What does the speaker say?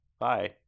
Bye